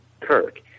Kirk